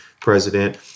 president